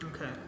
Okay